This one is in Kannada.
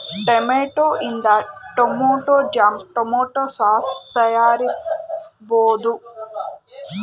ಟೊಮೆಟೊ ಇಂದ ಟೊಮೆಟೊ ಜಾಮ್, ಟೊಮೆಟೊ ಸಾಸ್ ತಯಾರಿಸಬೋದು